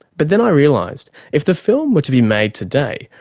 but then i realised, if the film were to be made today,